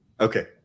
okay